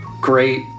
great